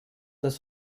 das